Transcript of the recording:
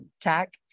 tack